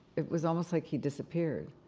it was almost like he disappeared.